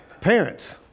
Parents